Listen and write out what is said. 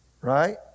Right